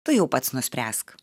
tu jau pats nuspręsk